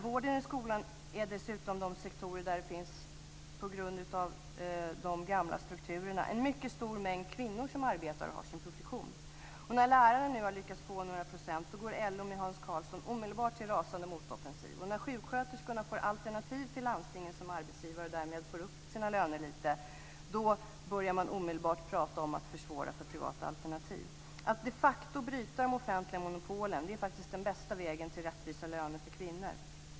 Vården och skolan är dessutom de sektorer där det på grund av de gamla strukturerna är en mycket stor mängd kvinnor som arbetar och har sin profession. När lärarna nu har lyckats få några procent går LO och Hans Karlsson omedelbart till rasande motoffensiv. Och när sjuksköterskorna får alternativ till landstingen som arbetsgivare och därmed får upp sina löner lite, då börjar man omedelbart tala om att försvåra för privata alternativ. Att de facto bryta de offentliga monopolen är faktiskt den bästa vägen till rättvisa löner för kvinnor.